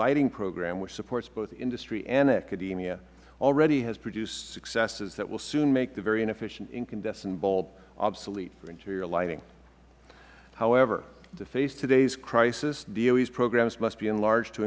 lighting program which supports both industry and academia already has produced successes that will soon make the very inefficient incandescent bulb obsolete for interior lighting however to face today's crisis doe's programs must be enlarged to